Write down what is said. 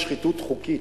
היא שחיתות חוקית.